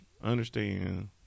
understand